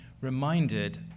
reminded